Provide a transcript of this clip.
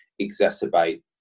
exacerbate